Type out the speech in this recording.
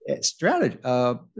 strategy